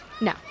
No